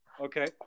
Okay